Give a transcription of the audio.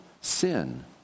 sin